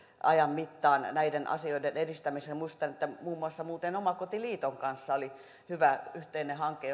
ajan mittaan näiden asioiden edistämiseksi muistan muuten että muun muassa omakotiliiton kanssa oli hyvä yhteinen hanke